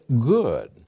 good